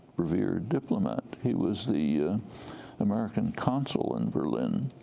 revered diplomat. he was the american consul in berlin.